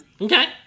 Okay